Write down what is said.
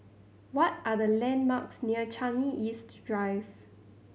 what are the landmarks near Changi East Drive